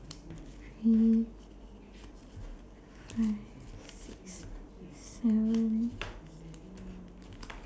three five six seven